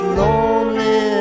lonely